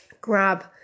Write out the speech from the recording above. grab